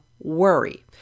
worry